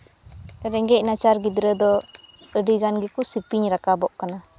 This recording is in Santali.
ᱨᱮᱸᱜᱮᱡ ᱱᱟᱪᱟᱨ ᱜᱤᱫᱽᱨᱟᱹ ᱫᱚ ᱟᱹᱰᱤ ᱜᱟᱱ ᱜᱮᱠᱚ ᱥᱮᱯᱮᱧ ᱨᱟᱠᱟᱵᱚᱜ ᱠᱟᱱᱟ